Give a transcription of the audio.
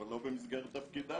אבל לא במסגרת תפקידם.